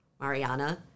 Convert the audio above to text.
Mariana